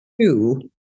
Two